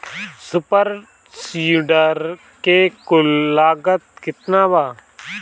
Super seeder के कुल लागत केतना बा?